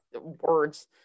words